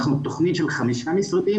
אנחנו תוכנית של חמישה משרדים.